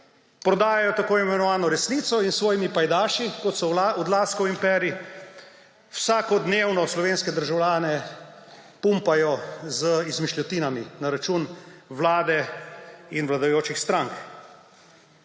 prodajajo tako imenovano resnico in s svojimi pajdaši, kot je Odlazkov imperij, vsakodnevno slovenske državljane pumpajo z izmišljotinami na račun vlade in vladajočih strank.